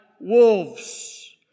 wolves